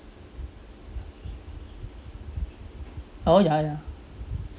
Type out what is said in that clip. oh yeah yeah